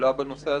ולפעולה בנושא זה.